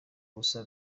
ubusa